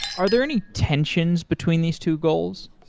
are there any tensions between these two goals?